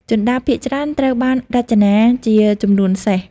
ជណ្តើរភាគច្រើន ត្រូវបានរចនាជាចំនួនសេស។